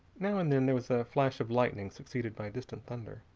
now and then there was a flash of lightning succeeded by distant thunder.